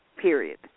period